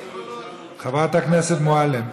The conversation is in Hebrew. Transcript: חברת הכנסת מועלם,